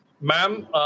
Ma'am